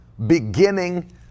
Beginning